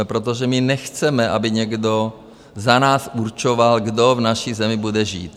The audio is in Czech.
Protože my nechceme, aby někdo za nás určoval, kdo v naší zemi bude žít.